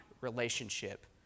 relationship